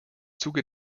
zuge